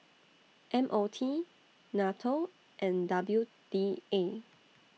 M O T NATO and W D A